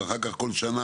ואחר כך שנה,